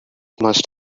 must